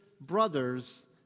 Brothers